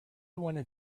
wanted